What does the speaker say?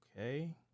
Okay